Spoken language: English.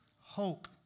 Hope